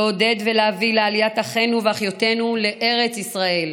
לעודד ולהביא לעליית אחינו ואחיותינו לארץ ישראל.